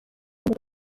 ساله